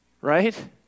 right